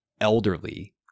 elderly